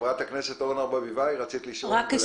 חברת הכנסת אורנה ברביבאי, בבקשה.